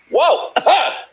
Whoa